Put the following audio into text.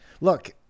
Look